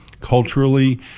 culturally